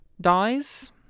dies